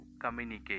communicate